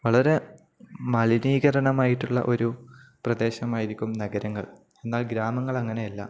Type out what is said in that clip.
വളരെ മലിനീകരണമായിട്ടുള്ള ഒരു പ്രദേശമായിരിക്കും നഗരങ്ങൾ എന്നാൽ ഗ്രാമങ്ങൾ അങ്ങനെയല്ല